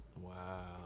Wow